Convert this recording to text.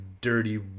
dirty